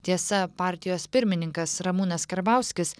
tiesa partijos pirmininkas ramūnas karbauskis